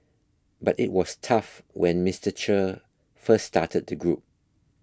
but it was tough when Mister Che first started the group